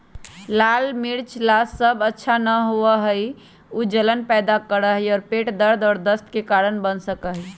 लाल मिर्च सब ला अच्छा न होबा हई ऊ जलन पैदा करा हई और पेट दर्द और दस्त के कारण बन सका हई